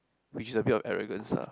which is a bit of arrogance ah